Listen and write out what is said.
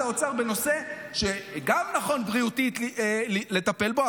האוצר בנושא שגם נכון בריאותית לטפל בו,